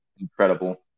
incredible